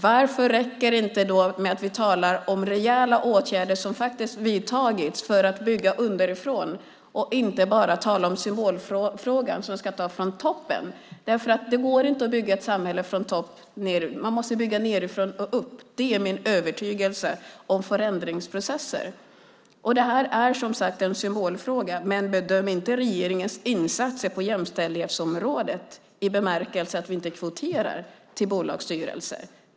Varför räcker det inte att tala om de rejäla åtgärder som faktiskt har vidtagits för att bygga underifrån och inte bara tala om symbolfrågan, att ta från toppen? Det går inte att bygga ett samhälle från toppen och nedåt, utan man måste bygga nedifrån och upp. Det är min övertygelse när det gäller förändringsprocesser. Det här är, som sagt, en symbolfråga. Men bedöm inte regeringens insatser på jämställdhetsområdet i bemärkelsen att vi inte kvoterar till bolagsstyrelser.